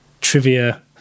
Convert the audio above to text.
trivia